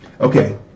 Okay